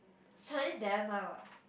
Chinese never mind what